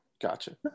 gotcha